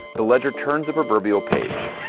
the ledger turns the proverbial page.